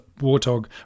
warthog